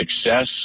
success